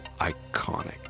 iconic